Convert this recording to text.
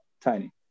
tiny